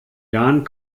jan